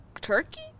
turkey